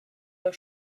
jeu